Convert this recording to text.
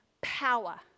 power